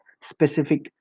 specific